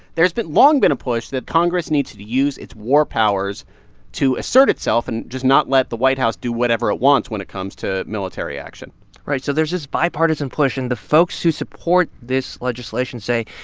there's long been a push that congress needs to to use its war powers to assert itself and just not let the white house do whatever it wants when it comes to military action right. so there's this bipartisan push. and the folks who support this legislation say,